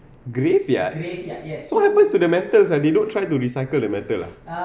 graveyard what happens to the metals they don't try to recycle the metal ah